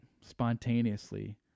spontaneously